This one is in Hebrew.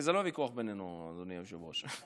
וזה לא ויכוח בינינו, אדוני היושב-ראש.